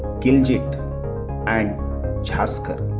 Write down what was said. gilgit and zaskar